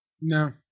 No